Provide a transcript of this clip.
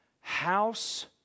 house